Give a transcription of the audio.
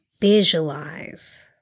visualize